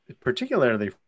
particularly